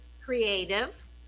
Creative